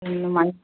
ꯎꯝ ꯑꯗꯨꯃꯥꯏꯅ